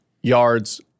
yards